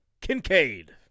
Kincaid